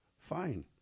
fine